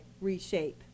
reshape